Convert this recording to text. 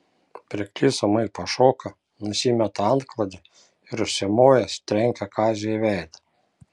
pirklys ūmai pašoka nusimeta antklodę ir užsimojęs trenkia kaziui į veidą